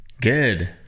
good